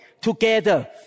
together